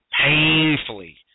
painfully